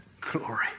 Glory